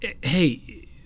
Hey